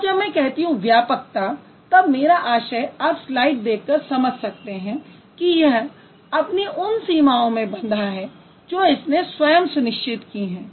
और जब मैं कहती हूँ व्यापकता तब मेरा आशय आप स्लाइड देख कर समझ सकते हैं कि यह अपनी उन सीमाओं में बंधा है जो इसने स्वयं सुनिश्चित की हैं